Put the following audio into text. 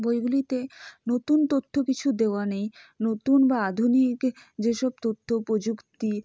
বইগুলিতে নতুন তথ্য কিছু দেওয়া নেই নতুন বা আধুনিক যেসব তথ্য প্রযুক্তি